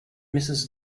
mrs